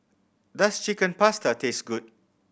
does Chicken Pasta taste good